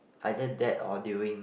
either that or during